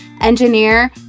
engineer